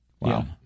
Wow